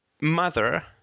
mother